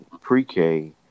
pre-k